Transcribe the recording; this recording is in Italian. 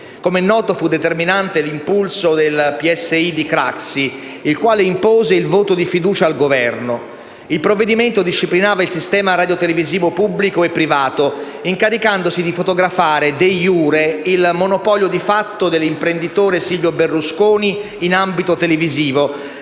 Come è noto, fu determinante l'impulso del PSI di Craxi, il quale impose il voto di fiducia al Governo. Il provvedimento disciplinava il sistema radiotelevisivo pubblico e privato, incaricandosi di fotografare *de iure* il monopolio di fatto dell'imprenditore Silvio Berlusconi in ambito televisivo,